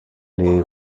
les